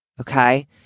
Okay